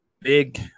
big